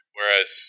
Whereas